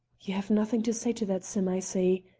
you have nothing to say to that, sim, i see.